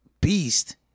beast